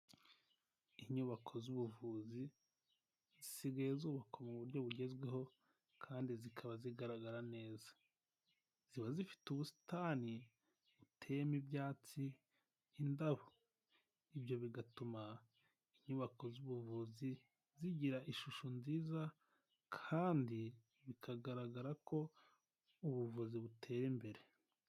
Inyubako z'ubuvuzi, zisigaye zubakwa mu buryo bugezweho kandi zikaba zigaragara neza, ziba zifite ubusitani buteyemo ibyatsi, indabo, ibyo bigatuma inyubako z'ubuvuzi zigira ishusho nziza kandi bikagaragara ko ubuvuzi butera imbere.